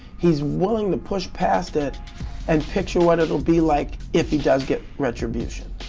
he is willing to push passed it and picture what it will be like if he does get retribution,